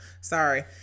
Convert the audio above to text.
sorry